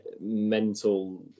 mental